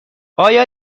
آیا